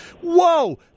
Whoa